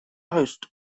host